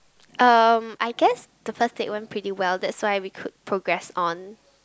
um I guess the first date went pretty well that's why we could progress on